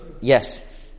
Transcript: yes